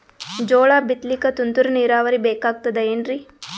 ಜೋಳ ಬಿತಲಿಕ ತುಂತುರ ನೀರಾವರಿ ಬೇಕಾಗತದ ಏನ್ರೀ?